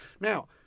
Now